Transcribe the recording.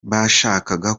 bashakaga